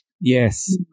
Yes